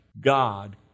God